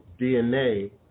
DNA